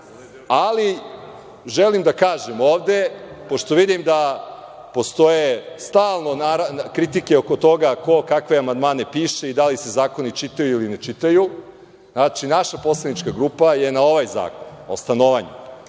člana. Želim da kažem ovde, pošto vidim da postoje stalno kritike oko toga ko kakve amandmande piše i da li se zakoni čitaju ili ne čitaju. Znači, naša poslanička grupa je na ovaj Zakon o stanovanju